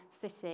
city